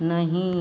नहीं